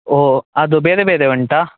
ಓ ಅದು ಬೇರೆ ಬೇರೆ ಉಂಟಾ